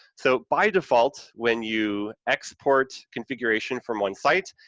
so, by default, when you export configuration from one site,